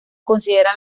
considera